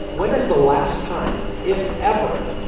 when is the last time if ever,